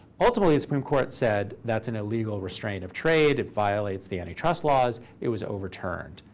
ultimately, the supreme court said that's an illegal restraint of trade. it violates the antitrust laws. it was overturned,